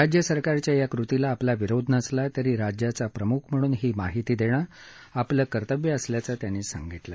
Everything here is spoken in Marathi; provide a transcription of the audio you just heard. राज्य सरकारच्या या कृतीला आपला विरोध नसला तरी राज्याचा प्रमुख म्हणून ही माहिती देणं आपलं कर्तव्य असल्याचं त्यांनी सांगितलं